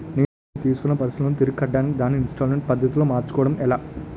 నేను తిస్కున్న personal loan తిరిగి కట్టడానికి దానిని ఇంస్తాల్మేంట్ పద్ధతి లో మార్చుకోవడం ఎలా?